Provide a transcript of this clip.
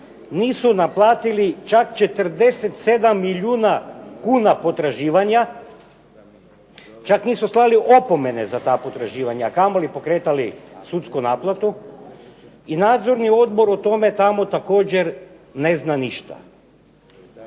nisu naplatili čak 47 milijuna kuna potraživanja, čak nisu slali opomene za ta potraživanja a kamoli pokretali sudsku naplatu i nadzorni odbor u tome također ne zna ništa.